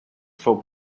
for